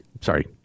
Sorry